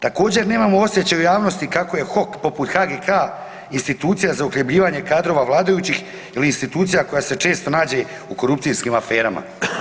Također nemamo osjećaj u javnosti kako je HOK poput HGK institucija za uhljebljivanje kadrova vladajući ili institucija koja se često nađe u korupcijskim aferama.